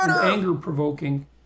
anger-provoking